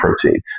protein